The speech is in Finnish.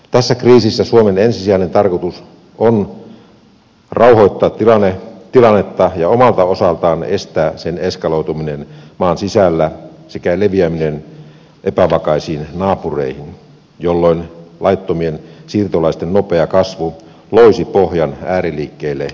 tässä kriisissä suomen ensisijainen tarkoitus on rauhoittaa tilannetta ja omalta osaltaan estää sen eskaloituminen maan sisällä sekä leviäminen epävakaisiin naapureihin jolloin laittomien siirtolaisten nopea kasvu loisi pohjan ääriliikkeille ja terrorismille